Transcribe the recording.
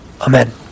Amen